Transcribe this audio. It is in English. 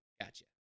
gotcha